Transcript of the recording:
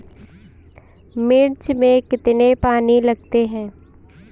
मिर्च में कितने पानी लगते हैं?